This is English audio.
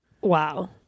Wow